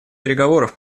переговоров